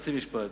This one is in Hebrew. חצי משפט.